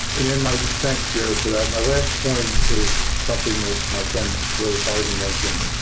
and in my thanks, jared, for that, my last point is something that my friend rose harvey mentioned.